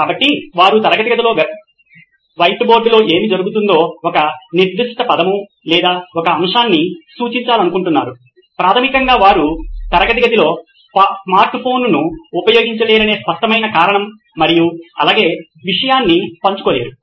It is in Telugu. కాబట్టి వారు తరగతి గదిలో వైట్ బోర్డ్లో ఏమి జరుగుతుందో ఒక నిర్దిష్ట పదం లేదా ఒక అంశాన్ని సూచించాలనుకుంటున్నారు ప్రాథమికంగా వారు తరగతి గదిలో స్మార్ట్ ఫోన్ ను ఉపయోగించలేరనే స్పష్టమైన కారణం మరియు అలాగే విషయాన్ని పంచుకోలేరు